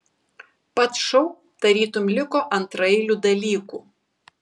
pats šou tarytum liko antraeiliu dalyku